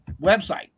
website